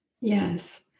Yes